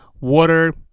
water